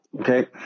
Okay